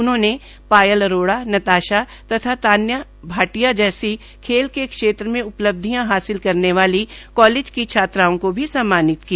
उन्होंने पायल अरोड़ा नताशा तथा तान्या भाटिया सहित खेल के क्षेत्र में उपलब्धियां हासिल करने वाली कालेज की छात्राओं को भी सम्मानित किया